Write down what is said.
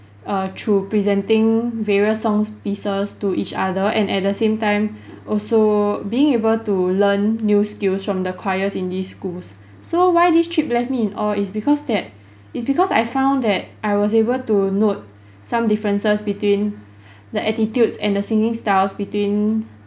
err through presenting various songs pieces to each other and at the same time also being able to learn new skills from the choirs in these schools so why this trip left me in awe it's because that it's because I found that I was able to note some differences between the attitudes and the singing styles between